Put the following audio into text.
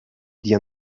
die